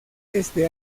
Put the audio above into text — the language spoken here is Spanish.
este